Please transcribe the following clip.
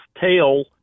tail